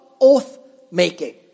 oath-making